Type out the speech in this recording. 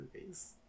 movies